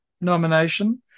nomination